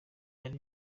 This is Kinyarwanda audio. byari